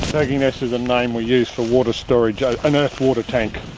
turkey nest is a name we use for water storage, ah an earth water tank,